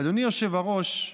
אדוני יושב-הראש,